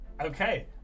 Okay